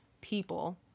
people